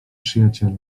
przyjaciela